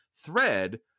thread